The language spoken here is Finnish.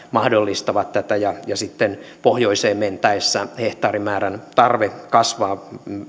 mahdollistavat tätä ja ja sitten pohjoiseen mentäessä hehtaarimäärän tarve kasvaa